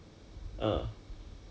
all that things ah all that rubbish